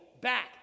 back